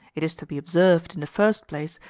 it is to be observed, in the first place,